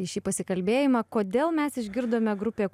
į šį pasikalbėjimą kodėl mes išgirdome grupė